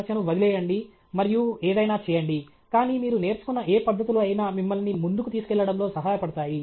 సమస్య ను వదిలేయండి మరియు ఏదైనా చేయండి కానీ మీరు నేర్చుకున్న ఏ పద్ధతులు అయినా మిమ్మల్ని ముందుకు తీసుకెళ్లడంలో సహాయపడతాయి